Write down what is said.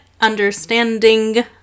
understanding